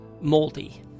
moldy